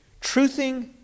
truthing